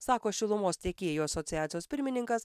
sako šilumos tiekėjų asociacijos pirmininkas